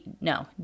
no